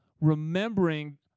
remembering